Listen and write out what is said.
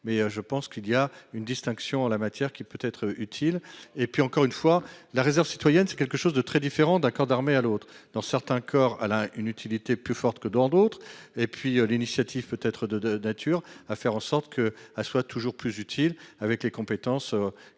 mais je pense qu'il y a une distinction en la matière qui peut être utile et puis encore une fois la réserve citoyenne, c'est quelque chose de très différent d'un corps d'armée à l'autre dans certains corps Alain une utilité plus forte que dans d'autres et puis l'initiative peut être de nature à faire en sorte que ah soit toujours plus utile avec les compétences